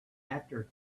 after